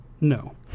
No